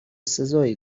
سزایی